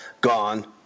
gone